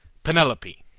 penelope